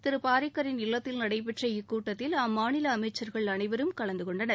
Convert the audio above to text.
திரு பாரிக்கரின் இல்லத்தில் நடைபெற்ற இக்கூட்டத்தில் அம்மாநில அமைச்சர்கள் அனைவரும் கலந்துகொண்டனர்